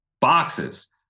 boxes